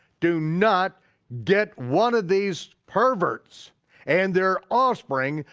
do not get one of these perverts and their offspring,